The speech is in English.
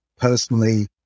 personally